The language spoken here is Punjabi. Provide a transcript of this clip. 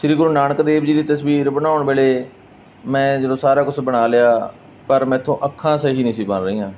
ਸ੍ਰੀ ਗੁਰੂ ਨਾਨਕ ਦੇਵ ਜੀ ਦੀ ਤਸਵੀਰ ਬਣਾਉਣ ਵੇਲੇ ਮੈਂ ਜਦੋਂ ਸਾਰਾ ਕੁਛ ਬਣਾ ਲਿਆ ਪਰ ਮੈਥੋਂ ਅੱਖਾਂ ਸਹੀ ਨਹੀਂ ਸੀ ਬਣ ਰਹੀਆਂ